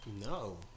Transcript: No